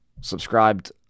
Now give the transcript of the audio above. subscribed